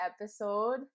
episode